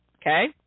Okay